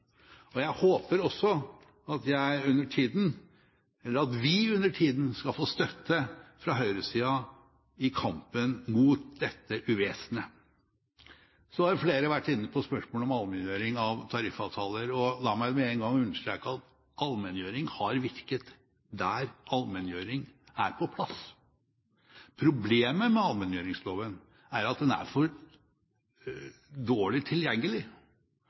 og jeg håper også at jeg under tida – eller at vi under tida – skal få støtte fra høyresiden i kampen mot dette uvesenet. Så har flere vært inne på spørsmålet om allmenngjøring av tariffavtaler. La meg med en gang understreke at allmenngjøring har virket der allmenngjøring er på plass. Problemet med allmenngjøringsloven er at den er for dårlig tilgjengelig